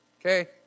okay